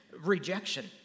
Rejection